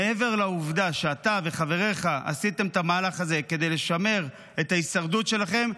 מעבר לעובדה שאתה וחבריך עשיתם את המהלך הזה כדי לשמר את ההישרדות שלהם,